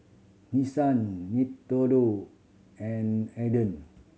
Nissan Nintendo and Aden